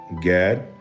Gad